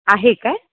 आहे काय